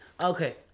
okay